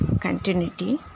continuity